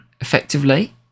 effectively